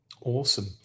Awesome